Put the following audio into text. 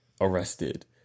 arrested